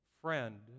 Friend